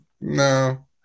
no